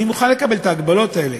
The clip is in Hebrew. אני מוכן לקבל את ההגבלות האלה,